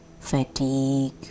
fatigue